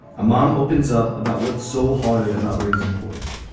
a mom opens up about what's so hard about raising boys